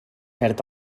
perd